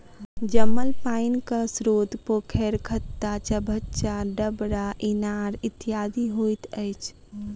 जमल पाइनक स्रोत पोखैर, खत्ता, चभच्चा, डबरा, इनार इत्यादि होइत अछि